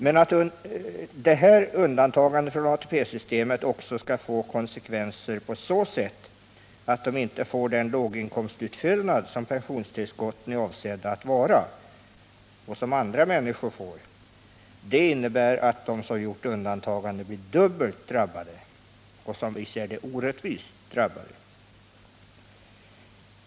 Men att detta undantagande från ATP-systemet också skall få konsekvenser på så sätt att de inte får den låginkomstutfyllnad som pensionstillskotten är avsedda att vara och som andra människor får, innebär att de som begärt undantagande blir dubbelt drabbade och, som vi ser det, orättvist drabbade.